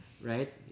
right